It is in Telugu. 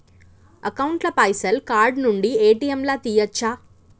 అకౌంట్ ల పైసల్ కార్డ్ నుండి ఏ.టి.ఎమ్ లా తియ్యచ్చా?